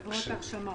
ית לטובת ציבור